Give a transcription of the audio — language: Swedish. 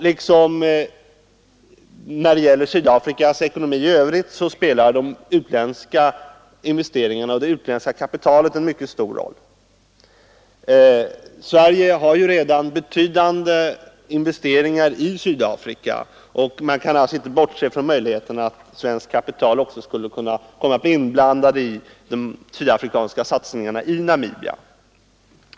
Liksom när det gäller Sydafrikas ekonomi i övrigt spelar de utländska investeringarna och det utländska kapitalet en mycket stor roll. Sverige har ju ganska betydande investeringar i Sydafrika, och man kan alltså inte bortse från möjligheten av att svenskt kapital också skulle kunna komma att bli inblandat i sydafrikanska satsningar i Namibia.